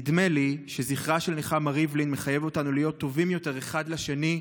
נדמה לי שזכרה של נחמה ריבלין מחייב אותנו להיות טובים יותר אחד לשני,